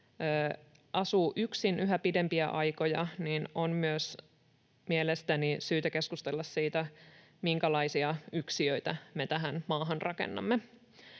asuvat yksin yhä pidempiä aikoja, on myös mielestäni syytä keskustella siitä, minkälaisia yksiöitä me tähän maahan rakennamme.